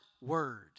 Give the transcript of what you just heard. word